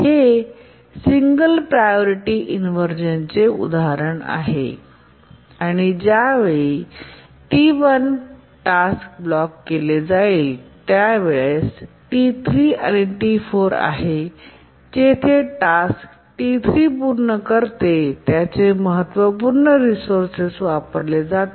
हे single priority इनव्हर्जनचे उदाहरण आहे आणि ज्या वेळी T1 टास्क ब्लॉक केले जाईल ते वेळ T3 आणि T4आहे जेथे टास्क T3 पूर्ण करते त्याचे महत्त्वपूर्ण रिसोर्सेस वापरते